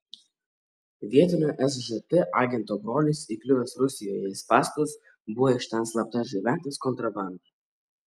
vietinio sžt agento brolis įkliuvęs rusijoje į spąstus buvo iš ten slapta išgabentas kontrabanda